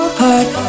heart